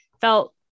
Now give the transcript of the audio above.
felt